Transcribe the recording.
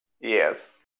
Yes